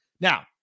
Now